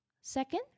Second